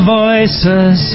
voices